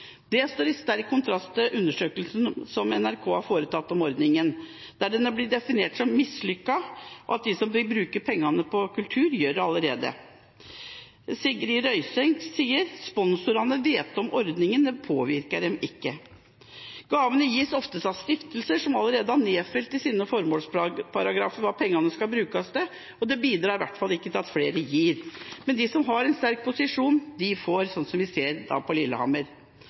Det står i sterk kontrast til undersøkelsen som NRK har foretatt om ordninga, der den blir beskrevet som mislykket, og at de som vil bruke pengene på kultur, allerede gjør det. Sigrid Røyseng sier: «Sponsorene vet om ordningen, men det påvirker dem ikke.» Gavene gis oftest av stiftelser som allerede har nedfelt i sine formålsparagrafer hva pengene skal brukes til, og det bidrar i hvert fall ikke til at flere gir. Men de som har en sterk posisjon, får, som vi ser på Lillehammer.